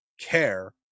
care